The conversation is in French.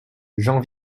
j’en